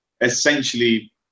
essentially